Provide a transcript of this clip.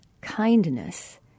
kindness